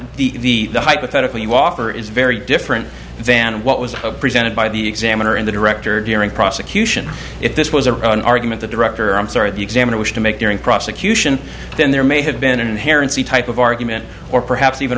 but the hypothetical you offer is very different than what was presented by the examiner and the director during prosecution if this was their own argument the director i'm sorry the examiner wish to make during prosecution then there may have been an inherent see type of argument or perhaps even